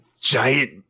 giant